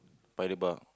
by the bar